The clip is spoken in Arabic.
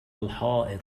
الحائط